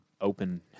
open